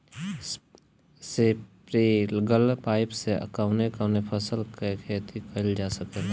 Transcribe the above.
Sprinkler pipe से कवने कवने फसल क खेती कइल जा सकेला?